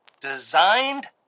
designed